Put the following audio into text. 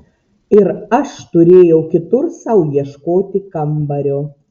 ir aš turėjau kitur sau ieškoti kambario